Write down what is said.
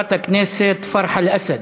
חברת הכנסת פרחה אל-אסד,